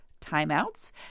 timeouts